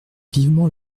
vivement